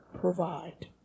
provide